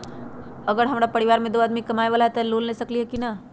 अगर हमरा परिवार में दो आदमी कमाये वाला है त हम लोन ले सकेली की न?